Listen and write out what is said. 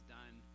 done